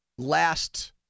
last